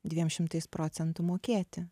dviem šimtais procentų mokėti